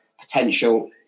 potential